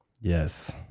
Yes